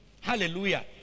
hallelujah